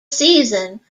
season